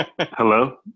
Hello